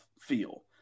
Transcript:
feel